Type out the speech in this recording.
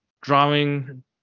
drawing